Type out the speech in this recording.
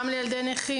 גם לילדי נכים,